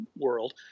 world